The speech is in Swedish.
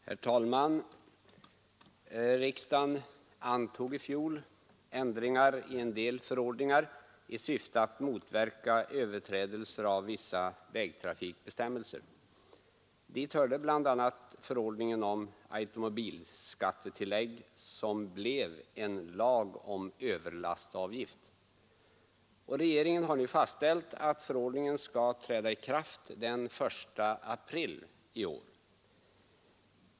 Herr talman! Riksdagen antog i fjol ändringar i en del förordningar i syfte att motverka överträdelser av vissa vägtrafikbestämmelser. Dit hörde bl.a. förordningen om automobilskattetillägg, som blev en lag om överlastavgift. Regeringen har nu fastställt att förordningen skall träda i kraft den 1 april i år.